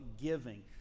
Giving